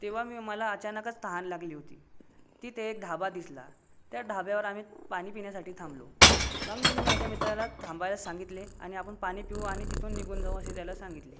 तेव्हा मी मला अचानकच तहान लागली होती तिथे एक ढाबा दिसला त्या ढाब्यावर आम्ही पाणी पिण्यासाठी थांबलो मग मी माझ्या मित्राला थांबायला सांगितले आणि आपण पाणी पिऊ आणि तिथून निघून जाऊ असे त्याला सांगितले